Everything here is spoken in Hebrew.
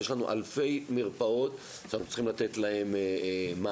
ויש לנו אלפי מרפאות שאנחנו צריכים לתת להן מענה.